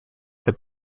had